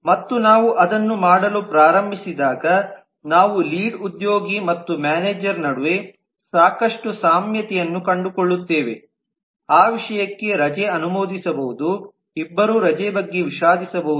ಮತ್ತು ನಾವು ಅದನ್ನು ಮಾಡಲು ಪ್ರಾರಂಭಿಸಿದಾಗ ನಾವು ಲೀಡ್ ಉದ್ಯೋಗಿ ಮತ್ತು ಮ್ಯಾನೇಜರ್ ನಡುವೆ ಸಾಕಷ್ಟು ಸಾಮ್ಯತೆಯನ್ನು ಕಂಡುಕೊಳ್ಳುತ್ತೇವೆ ಆ ವಿಷಯಕ್ಕೆ ರಜೆ ಅನುಮೋದಿಸಬಹುದು ಇಬ್ಬರೂ ರಜೆ ಬಗ್ಗೆ ವಿಷಾದಿಸಬಹುದು